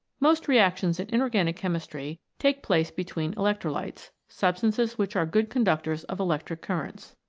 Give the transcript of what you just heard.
most reactions in inorganic chemistry take place between electrolytes substances which are good conductors of electric currents.